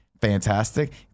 Fantastic